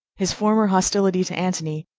his former hostility to antony,